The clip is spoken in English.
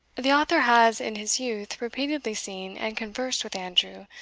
the author has in his youth repeatedly seen and conversed with andrew,